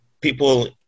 people